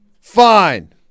fine